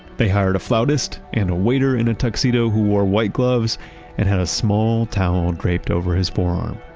they hired a flautist and a waiter in a tuxedo who wore white gloves and had a small towel draped over his forearm,